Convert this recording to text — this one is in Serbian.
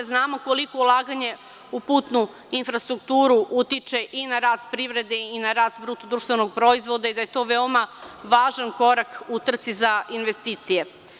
Znamo koliko ulaganje u putnu infrastrukturu utiče i na rast privrede i na rast BDP i da je to veoma važan korak u trci za investicije.